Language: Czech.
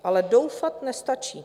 Ale doufat nestačí.